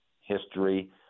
history